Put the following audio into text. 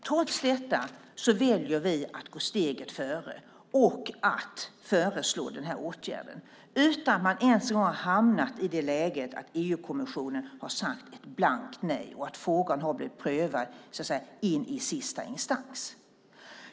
Trots detta väljer vi att gå steget före och föreslå den här åtgärden utan att man ens har hamnat i det läget att EU-kommissionen har sagt ett blankt nej och att frågan har blivit prövad in i sista instans.